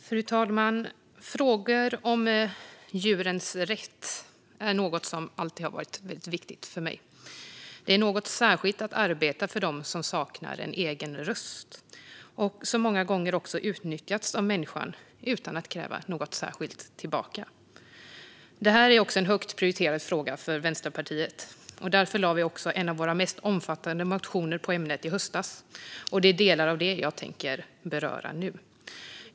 Fru talman! Frågor om djurens rätt har alltid varit väldigt viktiga för mig. Det är något särskilt att arbeta för dem som saknar en egen röst och som många gånger utnyttjats av människan utan att kräva något särskilt tillbaka. Det här är också en högt prioriterad fråga för Vänsterpartiet. Därför väckte vi en av våra mest omfattande motioner i ämnet i höstas. Det är delar av detta jag tänker beröra nu.